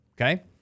Okay